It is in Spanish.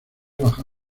bajo